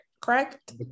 correct